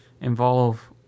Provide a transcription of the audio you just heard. involve